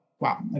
wow